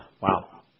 Wow